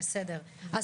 אז